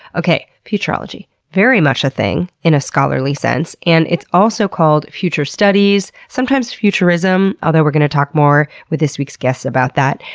okay, futurology. very much thing in a scholarly sense, and it's also called future studies, sometimes futurism, although we're gonna talk more with this week's guest about that.